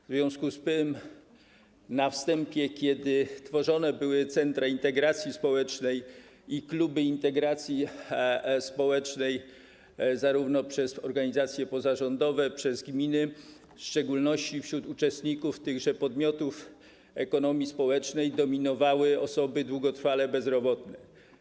W związku z tym na wstępie, kiedy tworzone były centra integracji społecznej i kluby integracji społecznej, zarówno przez organizacje pozarządowe, jak i przez gminy, w szczególności wśród uczestników tychże podmiotów ekonomii społecznej dominowały osoby długotrwale bezrobotne.